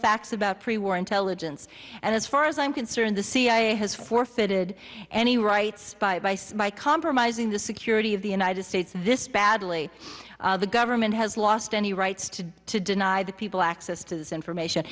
facts about pre war intelligence and as far as i'm concerned the cia has forfeited any rights by bison by compromising the security of the united states this badly the government has lost any rights to do to deny the people access to this information